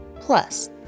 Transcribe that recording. plus